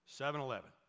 7-Eleven